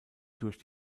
durch